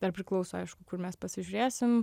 dar priklauso aišku kur mes pasižiūrėsim